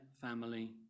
family